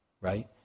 Right